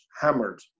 hammered